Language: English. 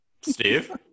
Steve